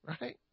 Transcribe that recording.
Right